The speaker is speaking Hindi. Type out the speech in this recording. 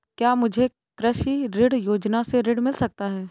क्या मुझे कृषि ऋण योजना से ऋण मिल सकता है?